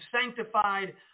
sanctified